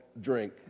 drink